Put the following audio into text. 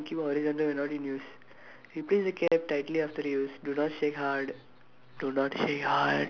use in a ventilated area and keep horizontal if not in use replace the cap tightly after you use do not shake hard